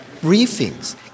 briefings